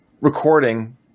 recording